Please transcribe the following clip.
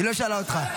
היא לא שאלה אותך.